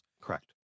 Correct